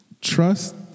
Trust